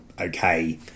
okay